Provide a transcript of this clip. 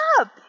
up